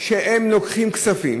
שהם לוקחים כספים,